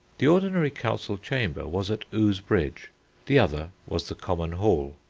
the ordinary council-chamber was at ouse bridge the other was the common hall,